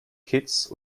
kitts